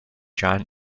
john